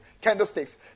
candlesticks